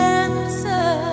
answer